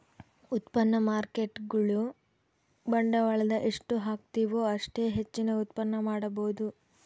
ಉತ್ಪನ್ನ ಮಾರ್ಕೇಟ್ಗುಳು ಬಂಡವಾಳದ ಎಷ್ಟು ಹಾಕ್ತಿವು ಅಷ್ಟೇ ಹೆಚ್ಚಿನ ಉತ್ಪನ್ನ ಮಾಡಬೊದು